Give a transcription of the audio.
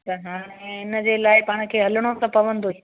त हाणे इनजे लाइ पाण खे हलिणो त पवंदो ई